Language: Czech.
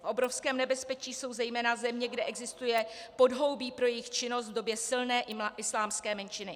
V obrovském nebezpečí jsou zejména země, kde existuje podhoubí pro jejich činnost v době silné islámské menšiny.